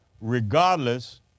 regardless